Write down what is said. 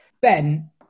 Ben